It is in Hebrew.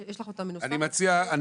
אני מציע שוב,